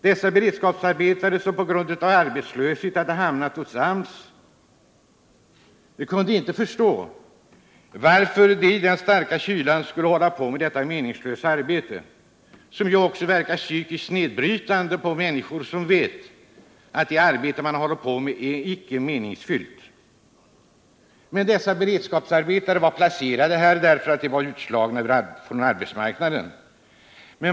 Dessa beredskapsarbetare, som på grund av arbetslöshet hade hamnat hos AMS, kunde inte förstå varför de i den starka kylan skulle behöva hålla på med detta meningslösa arbete. Det verkar också psykiskt nedbrytande på människor att veta att det arbete de håller på med icke är meningsfyllt. Beredskapsarbetarna var placerade där därför att de blivit utslagna från arbetsmarknaden.